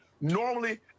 Normally